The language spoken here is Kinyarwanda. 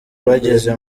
bageze